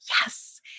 yes